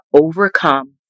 overcome